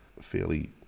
fairly